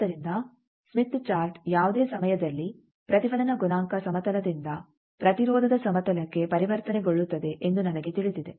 ಆದ್ದರಿಂದ Smith chart ಯಾವುದೇ ಸಮಯದಲ್ಲಿ ಪ್ರತಿಫಲನ ಗುಣಾಂಕ ಸಮತಲದಿಂದ ಪ್ರತಿರೋಧದ ಸಮತಲಕ್ಕೆ ಪರಿವರ್ತನೆಗೊಳ್ಳುತ್ತದೆ ಎಂದು ನನಗೆ ತಿಳಿದಿದೆ